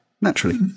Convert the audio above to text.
naturally